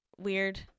weird